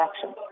action